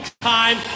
time